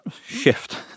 shift